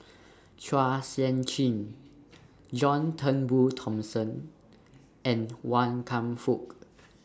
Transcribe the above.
Chua Sian Chin John Turnbull Thomson and Wan Kam Fook